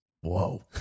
Whoa